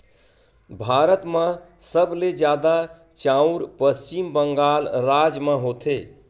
भारत म सबले जादा चाँउर पस्चिम बंगाल राज म होथे